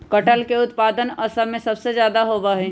कटहल के उत्पादन असम में सबसे ज्यादा होबा हई